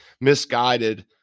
misguided